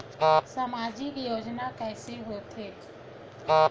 सामजिक योजना कइसे होथे?